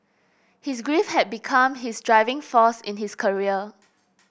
his grief had become his driving force in his career